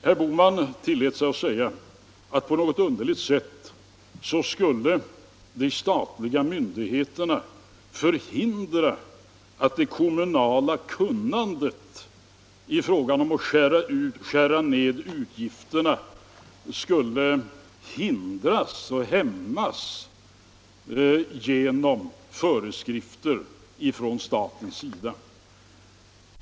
Herr Bohman tillät sig säga att det kommunala kunnandet när det gäller att skära ned utgifterna skulle — på något underligt sätt — hindras och hämmas genom föreskrifter från de statliga myndigheternas sida.